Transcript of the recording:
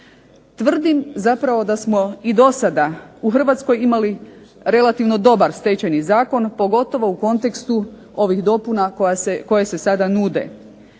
Tvrdim zapravo da smo i do sada u Hrvatskoj imali relativno dobar Stečajni zakon pogotovo u kontekstu ovih dopuna koje se sada nude.